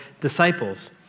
disciples